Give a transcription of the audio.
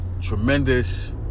Tremendous